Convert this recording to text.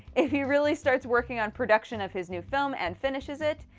if he really starts working on production of his new film and finishes it,